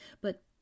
But